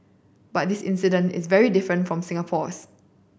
but this incident is very different from Singapore's